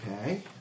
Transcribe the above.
okay